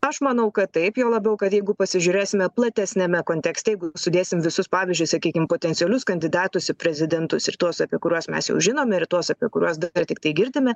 aš manau kad taip juo labiau kad jeigu pasižiūrėsime platesniame kontekste jeigu sudėsim visus pavyzdžiui sakykim potencialius kandidatus į prezidentus ir tuos apie kuriuos mes jau žinome ir tuos apie kuriuos dar tiktai girdime